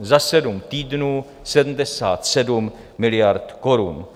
Za sedm týdnů 77 miliard korun!